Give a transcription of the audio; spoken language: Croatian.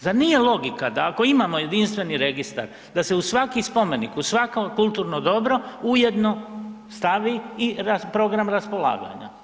Zar nije logika ako imamo jedinstveni registar da se u svaki spomenik u svako kulturno dobro ujedno stavi i program raspolaganja.